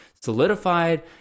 solidified